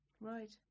Right